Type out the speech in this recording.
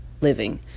living